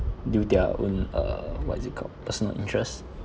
due their own uh what is it called personal interests